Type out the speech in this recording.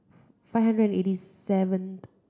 five hundred eighty seventh